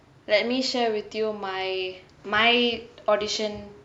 let me share with you my my audition